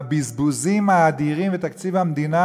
והבזבוזים האדירים בתקציב המדינה,